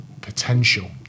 Potential